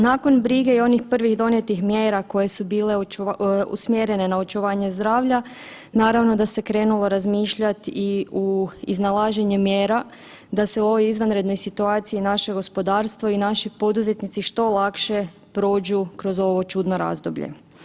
Nakon brige i onih prvih donijetih mjera koje su bile usmjerene na očuvanje zdravlja, naravno da se krenulo razmišljat i u iznalaženje mjera da se u ovoj izvanrednoj situaciji i naše gospodarstvo i naši poduzetnici što lakše prođu kroz ovo čudno razdoblje.